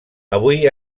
avui